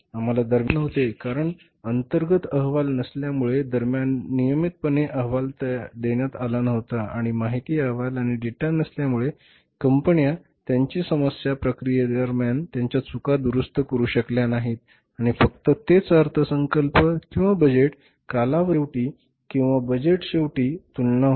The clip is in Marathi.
आम्हाला दरम्यान माहित नव्हते कारण अंतर्गत अहवाल नसल्यामुळे दरम्यान नियमितपणे अहवाल देण्यात आला नव्हता आणि माहिती अहवाल आणि डेटा नसल्यामुळे कंपन्या त्यांची समस्या प्रक्रियेदरम्यान त्यांच्या चुका दुरुस्त करू शकल्या नाहीत आणि फक्त तेच अर्थसंकल्प किंवा बजेट कालावधीच्या शेवटी किंवा बजेट शेवटी तुलना होती